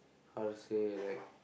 how to say like